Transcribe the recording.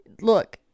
Look